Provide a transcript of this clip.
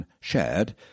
shared